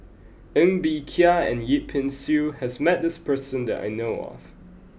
Ng Bee Kia and Yip Pin Xiu has met this person that I know of